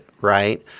right